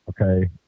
okay